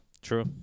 True